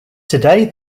today